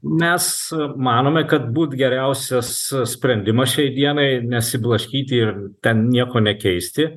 mes manome kad būt geriausias sprendimas šiai dienai nesiblaškyti ir ten nieko nekeisti